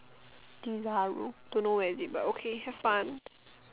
desaru don't know where is it but okay have fun